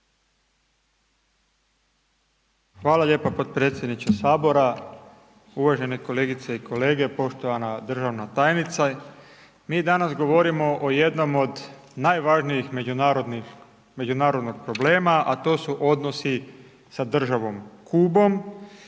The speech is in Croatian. Hvala lijepa podpredsjedniče Sabora, uvažene kolegice i kolege, poštovana državna tajnice. Mi danas govorimo o jednom od najvažnijih međunarodnih, međunarodnog problema, a to su odnosi sa državom Kubom,